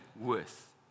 worth